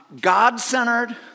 God-centered